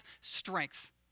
strength